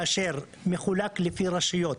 מפורסם באתר הפנים כאשר זה מחולק לפי רשויות.